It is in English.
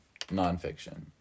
nonfiction